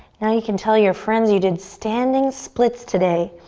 now you can tell your friends you did standing splits today.